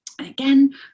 Again